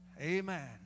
Amen